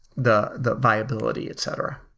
the the viability, et cetera.